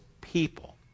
people